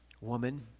Woman